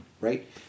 right